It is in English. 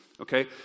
okay